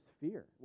fear